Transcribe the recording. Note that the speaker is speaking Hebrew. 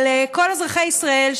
אבל כל אזרחי ישראל,